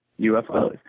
UFOs